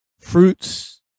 fruits